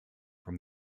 from